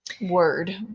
word